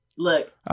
look